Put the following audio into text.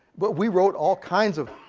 but we wrote all kinds of